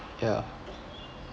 ya